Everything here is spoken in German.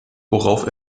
worauf